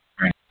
Right